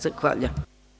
Zahvaljujem.